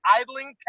idling